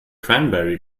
cranberry